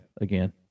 again